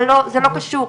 אבל זה לא קשור,